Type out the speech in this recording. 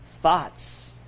thoughts